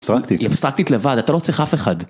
אבסטרקטית. היא אבסטרקטית לבד, אתה לא צריך אף אחד.